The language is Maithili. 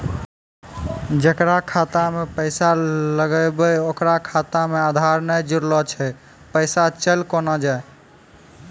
जेकरा खाता मैं पैसा लगेबे ओकर खाता मे आधार ने जोड़लऽ छै पैसा चल कोना जाए?